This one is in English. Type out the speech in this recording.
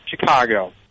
chicago